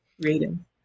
reading